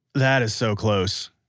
that is so close,